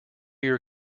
your